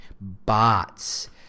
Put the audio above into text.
bots –